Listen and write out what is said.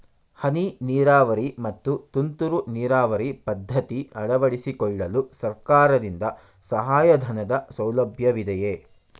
ಹನಿ ನೀರಾವರಿ ಮತ್ತು ತುಂತುರು ನೀರಾವರಿ ಪದ್ಧತಿ ಅಳವಡಿಸಿಕೊಳ್ಳಲು ಸರ್ಕಾರದಿಂದ ಸಹಾಯಧನದ ಸೌಲಭ್ಯವಿದೆಯೇ?